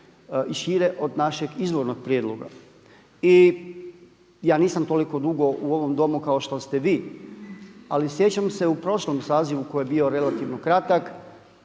i šire od našeg izvornog prijedloga. I ja nisam toliko dugo u ovom domu kao što ste vi, ali sjećam se u prošlom sazivu koji je bio relativno kratak